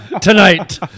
tonight